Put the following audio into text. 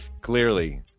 Clearly